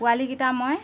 পোৱালীকেইটা মই